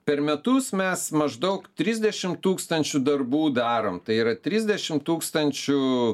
per metus mes maždaug trisdešimt tūkstančių darbų darom tai yra trisdešimt tūkstančių